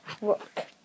work